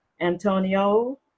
Antonio